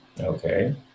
Okay